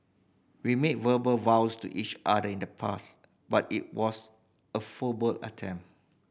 we made verbal vows to each other in the past but it was a full ball attempt